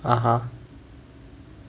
(uh huh)